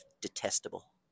detestable